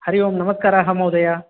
हरि ओम् नमस्काराः महोदय